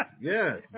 yes